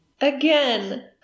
Again